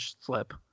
slip